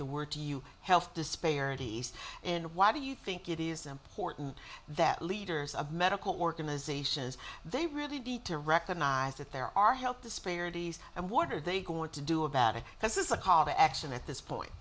the word to you health disparities and why do you think it is important that leaders of medical organizations they really need to recognize that there are health disparities and water are they going to do about it this is a call to action at this point